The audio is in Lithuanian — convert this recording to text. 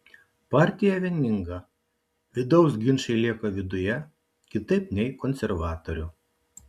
partija vieninga vidaus ginčai lieka viduje kitaip nei konservatorių